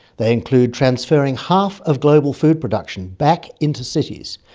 they include transferring half of global food production back into cities,